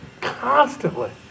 constantly